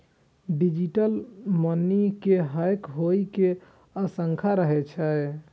digital money के hack होइ के आशंका रहै छै